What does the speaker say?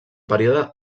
període